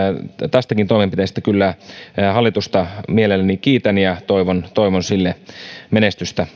tästäkin toimenpiteestä kyllä hallitusta mielelläni kiitän ja toivon toivon sille menestystä